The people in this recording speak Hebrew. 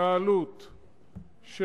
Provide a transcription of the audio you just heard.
ההתנהלות של